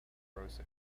gross